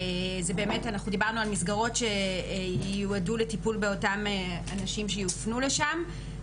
זה מסגרות שיועדו לטיפול באותם אנשים שיופנו לשם.